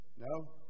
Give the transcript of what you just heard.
No